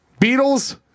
Beatles